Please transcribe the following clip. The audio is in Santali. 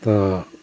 ᱛᱚ